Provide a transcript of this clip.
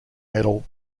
medal